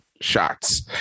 shots